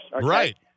Right